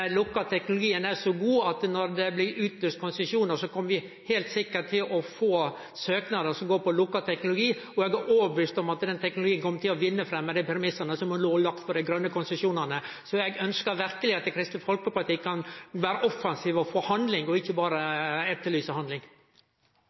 lukka teknologien er så god at når det blir utlyst konsesjonar, kjem vi heilt sikkert til å få søknader baserte på lukka teknologi. Eg er òg overtydd om at den teknologien kjem til å vinne fram med dei premissane som nå er lagde for dei grøne konsesjonane, så eg ønsker verkeleg at Kristeleg Folkeparti kan vere offensive og få til handling, og ikkje berre